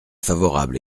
favorable